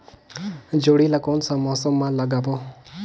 जोणी ला कोन मौसम मा लगाबो?